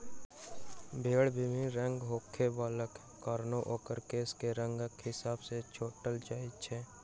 भेंड़ विभिन्न रंगक होयबाक कारणेँ ओकर केश के रंगक हिसाब सॅ छाँटल जाइत छै